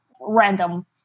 random